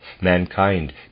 Mankind